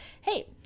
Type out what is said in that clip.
hey